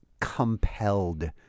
compelled